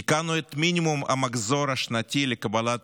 תיקנו את מינימום המחזור השנתי לקבלת